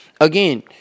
again